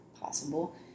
possible